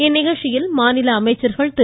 இந்நிகழ்ச்சியில் மாநில அமைச்சர்கள் திரு